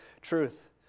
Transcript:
truth